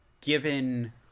given